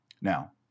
Now